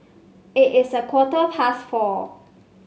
it is a quarter past four